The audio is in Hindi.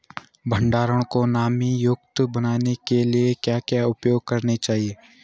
भंडारण को नमी युक्त बनाने के लिए क्या क्या उपाय करने चाहिए?